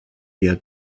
their